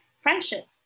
friendship